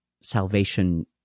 salvation